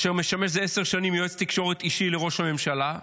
אשר משמש זה עשר שנים יועץ תקשורת אישי לראש הממשלה,